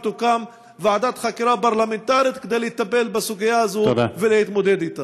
ותוקם ועדת חקירה פרלמנטרית כדי לטפל בסוגיה הזאת ולהתמודד אתה.